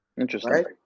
Interesting